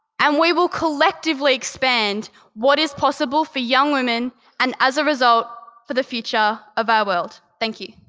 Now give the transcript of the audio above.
and we will collectively expand what is possible for young women and as a result, for the future of our world. thank you.